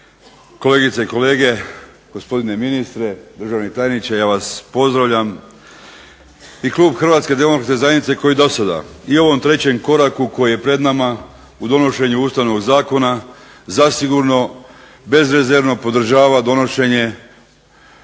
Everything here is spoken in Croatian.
kolegice i kolege, gospodine ministre, državni tajniče ja vas pozdravljam. I klub HDZ-a kao i dosada i u ovom trećem koraku koji je pred nama u donošenju Ustavnog zakona zasigurno bezrezervno podržava donošenje